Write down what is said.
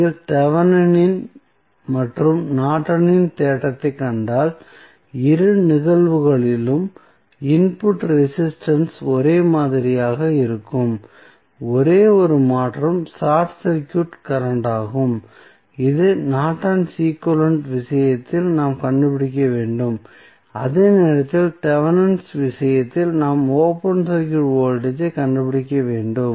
நீங்கள் தெவெனின் மற்றும் நார்டனின் தேற்றத்தைக் கண்டால் இரு நிகழ்வுகளிலும் இன்புட் ரெசிஸ்டன்ஸ் ஒரே மாதிரியாக இருக்கும் ஒரே ஒரு மாற்றம் ஷார்ட் சர்க்யூட் கரண்ட்டாகும் இது நார்டன் ஈக்விவலெண்ட் விஷயத்தில் நாம் கண்டுபிடிக்க வேண்டும் அதே நேரத்தில் தெவெனின் விஷயத்தில் நாம் ஓபன் சர்க்யூட் வோல்டேஜ் ஐ கண்டுபிடிக்க வேண்டும்